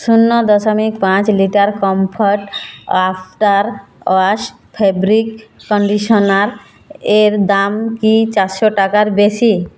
শূন্য দশমিক পাঁচ litre comfort after wash fabric conditioner এর দাম কি চারশো টাকার বেশি